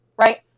right